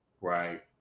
Right